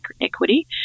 equity